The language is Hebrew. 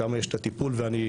שם יש את הטיפול ואני,